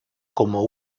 como